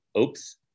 Oops